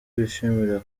bishimira